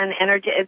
energy